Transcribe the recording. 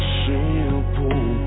simple